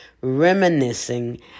reminiscing